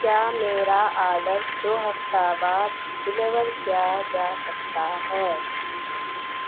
کیا میرا آڈر دو ہفتہ بعد ڈلیور کیا جا سکتا ہے